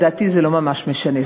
לדעתי זה לא ממש משנה.